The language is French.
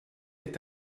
est